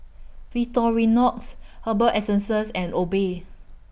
Victorinox Herbal Essences and Obey